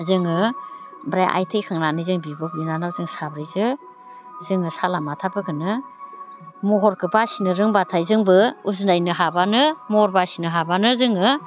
जोङो ओमफ्राय आइ थैखांनानै जों बिब' बिनानाव जों साब्रैजों जोङो साला माथाफोरखौनो महरखौ बासिनो रोंबाथाय जोंबो उजुनायनो हाबानो महर बासिनो हाबानो जोङो